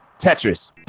Tetris